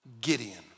Gideon